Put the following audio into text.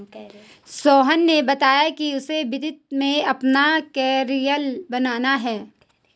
सोहन ने बताया कि उसे वित्त में अपना कैरियर बनाना है